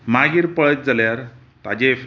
मागीर पळयत जाल्यार ताजेर